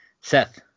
Seth